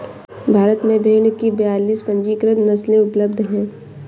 भारत में भेड़ की बयालीस पंजीकृत नस्लें उपलब्ध हैं